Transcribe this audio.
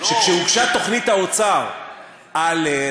שכשהוגשה תוכנית האוצר על,